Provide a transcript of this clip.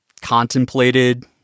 contemplated